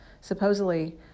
supposedly